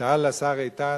שאל השר איתן,